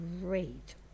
great